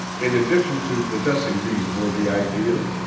in addition to possessing these worthy ideals,